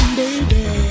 baby